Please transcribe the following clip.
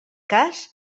cas